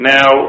Now